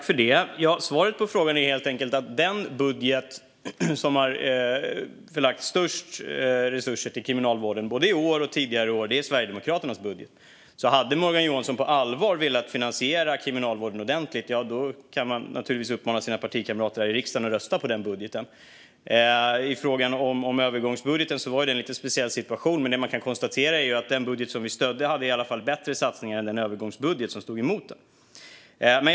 Fru talman! Svaret på den frågan är att den budget som har lagt störst resurser till Kriminalvården i år och tidigare år är Sverigedemokraternas budget. Om Morgan Johansson på allvar hade velat finansiera Kriminalvården ordentligt kunde han ha uppmanat sina partikamrater i riksdagen att rösta på den budgeten. Situationen med övergångsbudgeten var speciell, men det man kan konstatera är att den budget vi stödde i alla fall hade bättre satsningar än övergångsbudgeten.